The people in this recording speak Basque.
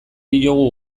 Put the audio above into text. diogu